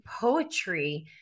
poetry